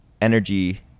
energy